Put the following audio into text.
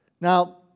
Now